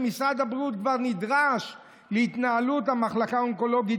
משרד הבריאות כבר נדרש להתנהלות המחלקה האונקולוגית